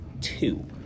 two